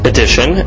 Edition